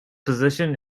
position